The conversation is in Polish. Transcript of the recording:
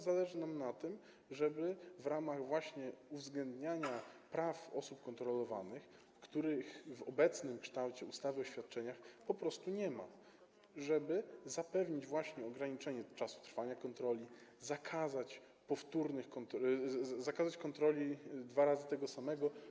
Zależy nam na tym, żeby w ramach uwzględniania praw osób kontrolowanych, których w obecnym kształcie ustawy o świadczeniach po prostu nie ma, zapewnić właśnie ograniczenie czasu trwania kontroli, zakazać powtórnych kontroli, zakazać kontroli dwa razy tego samego.